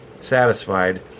satisfied